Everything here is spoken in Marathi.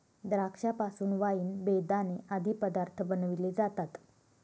द्राक्षा पासून वाईन, बेदाणे आदी पदार्थ बनविले जातात